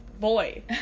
boy